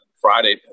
Friday